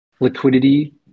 Liquidity